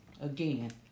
Again